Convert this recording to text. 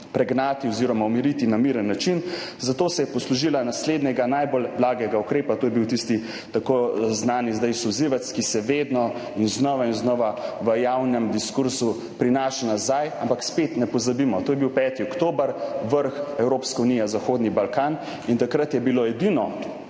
pregnati oziroma umiriti na miren način, zato se je poslužila naslednjega najbolj blagega ukrepa, to je bil tisti zdaj tako znani solzivec, ki se vedno in znova in znova v javnem diskurzu prinaša nazaj. Ampak spet ne pozabimo, to je bil 5. oktober, vrh Evropska unija, Zahodni Balkan in takrat je bilo edino